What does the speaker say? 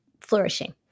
flourishing